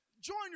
join